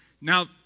Now